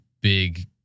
big